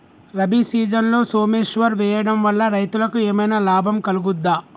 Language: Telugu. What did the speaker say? రబీ సీజన్లో సోమేశ్వర్ వేయడం వల్ల రైతులకు ఏమైనా లాభం కలుగుద్ద?